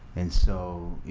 and so, you